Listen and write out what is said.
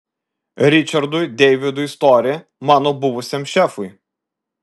ričardui deividui stori mano buvusiam šefui